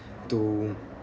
to